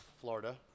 Florida